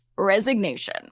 Resignation